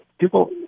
People